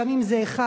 גם אם זה אחד,